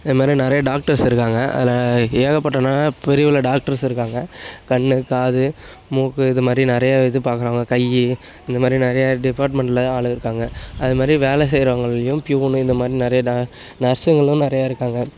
இது மாதிரி நிறைய டாக்டர்ஸ் இருக்காங்க அதில் ஏகப்பட்ட ந பெரியளவு டாக்டர்ஸ் இருக்காங்க கண்ணு காது மூக்கு இது மாதிரி நிறைய இது பார்க்குறவங்க கை இந்த மாதிரி நிறைய டிப்பார்ட்மெண்ட்டில ஆள் இருக்காங்க அது மாதிரி வேலை செய்றவங்கள்லையும் ப்யூனு இந்த மாதிரி நிறைய டா நர்ஸுங்களும் நிறைய இருக்காங்க